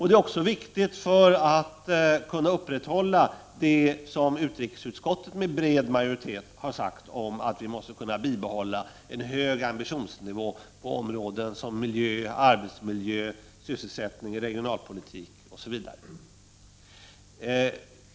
Det är också viktigt för att vi skall kunna bibehålla, vilket utrikesutskottet med bred majoritet har sagt, en hög ambitionsnivå på områden som miljö, arbetsmiljö, sysselsättning och regionalpolitik.